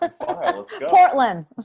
Portland